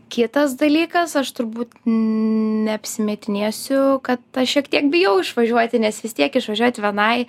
kitas dalykas aš turbūt neapsimetinėsiu kad aš šiek tiek bijau išvažiuoti nes vis tiek išvažiuot vienai